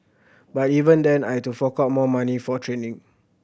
but even then I'd to fork out more money for training